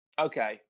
Okay